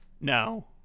No